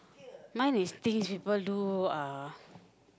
mine is things people do uh